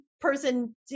person